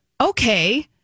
okay